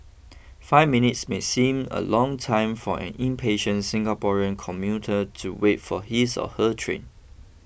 five minutes may seem a long time for an impatient Singaporean commuter to wait for his or her train